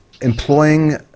employing